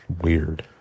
Weird